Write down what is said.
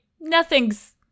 nothing's